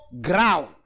ground